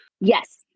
Yes